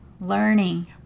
learning